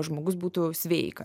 žmogus būtų sveika